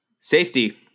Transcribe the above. Safety